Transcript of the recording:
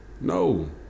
no